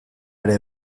ere